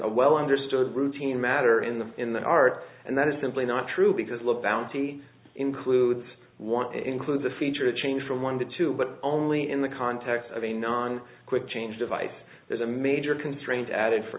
a well understood routine matter in the in the art and that is simply not true because look bounty includes want to include the feature a change from one to two but only in the context of a non quick change device is a major constraint added for